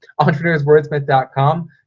entrepreneurswordsmith.com